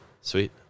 Sweet